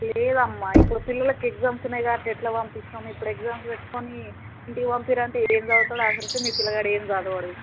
లేదమ్మా ఇప్పుడు పిల్లలకి ఎగ్జామ్స్ ఉన్నాయి కాబట్టి అట్ల ఎట్లా పంపిస్తాం ఇప్పుడు ఎగ్జామ్స్ పెట్టుకుని ఇంటికి పంపిర్రు అంటే ఏమి చదువుతున్నాడు అసలు మీ పిల్లవాడు ఏం చదవడు